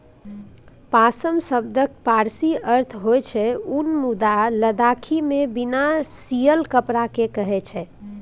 पाश्म शब्दक पारसी अर्थ होइ छै उन मुदा लद्दाखीमे बिना सियल कपड़ा केँ कहय छै